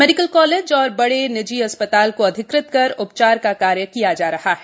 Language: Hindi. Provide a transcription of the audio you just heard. मेडिकल कालेज और बड़े निजी अस्पताल को अधिकृत कर उपचार का कार्य किया जा रहा है